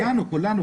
כולנו,